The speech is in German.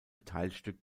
teilstück